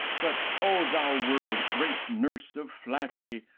but, o thou world, great nurse of flattery,